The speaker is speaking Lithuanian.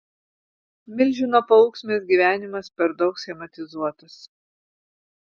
milžino paunksmės gyvenimas per daug schematizuotas